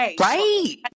Right